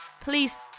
Please